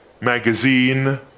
magazine